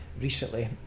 recently